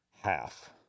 half